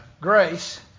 Grace